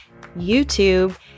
youtube